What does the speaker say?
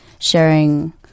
sharing